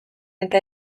eta